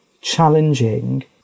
challenging